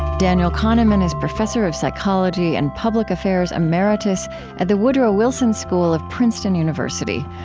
daniel kahneman is professor of psychology and public affairs emeritus at the woodrow wilson school of princeton university,